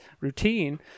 routine